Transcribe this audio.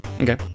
Okay